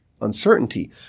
uncertainty